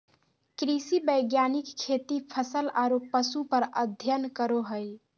कृषि वैज्ञानिक खेती, फसल आरो पशु पर अध्ययन करो हइ